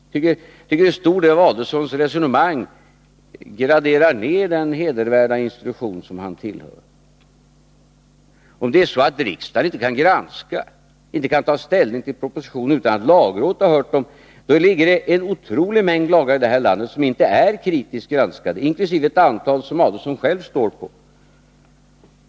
Jag tycker att Ulf Adelsohn i en stor del av sitt resonemang 17 januari 1983 degraderar den hedervärda institution som han tillhör. Om det är så att riksdagen inte kan granska eller ta ställning till propositioner utan att lagrådet har hörts, då har vi en otroligt stor mängd lagar i det här landet som inte är kritiskt granskade, inkl. ett antal som Ulf Adelsohn själv står för.